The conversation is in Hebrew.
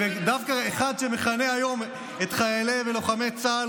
ודווקא אחד שמכנה היום את חיילי ולוחמי צה"ל